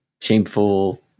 shameful